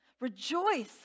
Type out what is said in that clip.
rejoice